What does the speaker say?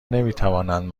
نمیتوانند